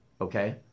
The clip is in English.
okay